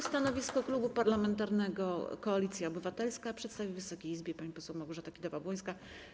Stanowisko Klubu Parlamentarnego Koalicja Obywatelska przedstawi Wysokiej Izbie pani poseł Małgorzata Kidawa-Błońska.